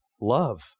love